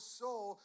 soul